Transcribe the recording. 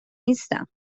نیستم